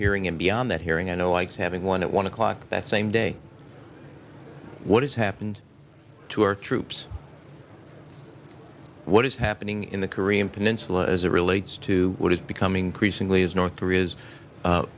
hearing and beyond that hearing i know likes having one at one o'clock that same day what has happened to our troops what is happening in the korean peninsula as it relates to what is becoming increasingly as north korea